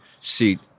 seat